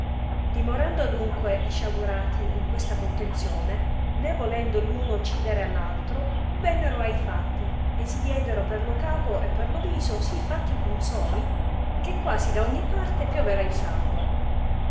dimorando adunque i sciagurati in questa contenzione né volendo r uno uccidere all altro vennero a i fatti e si diedero per lo capo e per lo viso si fatti punzoni che quasi da ogni parte pioveva il sangue